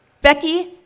Becky